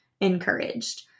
encouraged